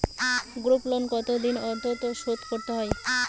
Group loan কতদিন অন্তর শোধকরতে হয়?